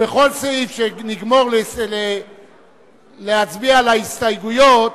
ובכל סעיף שנגמור להצביע על ההסתייגויות